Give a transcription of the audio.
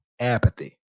apathy